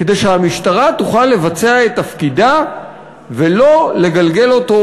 כדי שהמשטרה תוכל לבצע את תפקידה ולא לגלגל אותו,